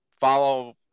Follow